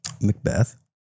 Macbeth